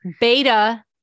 beta